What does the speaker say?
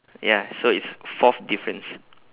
ya so it's fourth difference